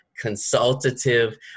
consultative